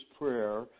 prayer